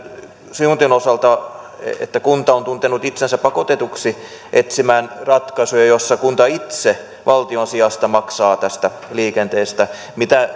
siuntion osalta että kunta on tuntenut itsensä pakotetuksi etsimään ratkaisuja joissa kunta itse valtion sijasta maksaa tästä liikenteestä mitä